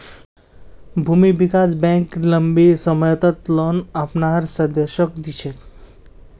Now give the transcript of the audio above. भूमि विकास बैंक लम्बी सम्ययोत लोन अपनार सदस्यक दी छेक